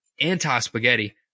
anti-spaghetti